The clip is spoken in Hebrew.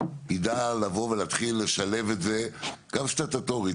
ידע לבוא ולהתחיל לשלב את זה גם סטטוטורית